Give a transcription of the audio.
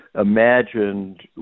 imagined